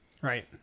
Right